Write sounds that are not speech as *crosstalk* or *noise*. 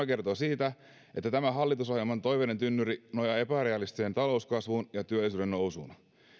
*unintelligible* kertoo siitä että tämä hallitusohjelman toiveiden tynnyri nojaa epärealistiseen talouskasvuun ja työllisyyden nousuun